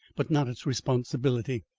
but not its responsibility.